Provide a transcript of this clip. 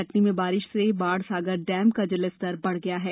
कटनी में बारिश से बाणसागर डेम का जलस्तर बड़ गया है